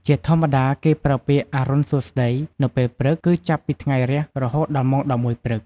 ជាធម្មតា គេប្រើពាក្យ "អរុណសួស្តី" នៅពេលព្រឹក គឺចាប់ពីថ្ងៃរះរហូតដល់ម៉ោង១១ព្រឹក។